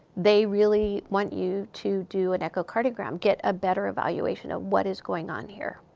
they really want you to do an echocardiogram get a better evaluation of what is going on here,